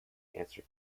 answer